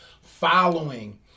following